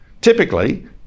Typically